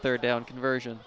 third down conversion